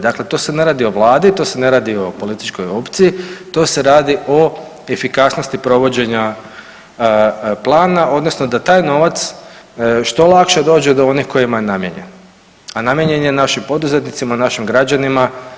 Dakle, to se ne radi o vladi, to se ne radi o političkoj opciji to se radi o efikasnosti provođenja plana odnosno da taj novac što lakše dođe do onih kojima je namijenjen, a namijenjen je našim poduzetnicima, našim građanima.